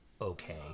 okay